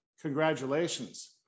congratulations